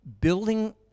building